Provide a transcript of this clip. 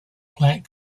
plant